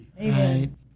Amen